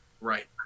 Right